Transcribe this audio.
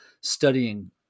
studying